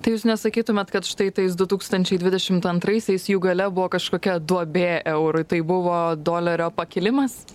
tai jūs nesakytumėt kad štai tais du tūkstančiai dvidešimt antraisiais jų gale buvo kažkokia duobė eurui tai buvo dolerio pakilimas